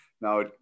Now